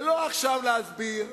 ולא עכשיו להסביר.